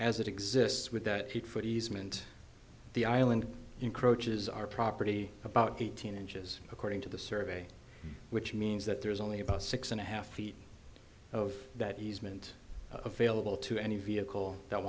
as it exists with that heat foot easement the island encroaches our property about eighteen inches according to the survey which means that there's only about six and a half feet of that easement available to any vehicle that